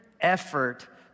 effort